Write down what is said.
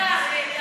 נהדר, נהדר.